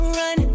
run